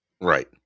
Right